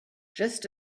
just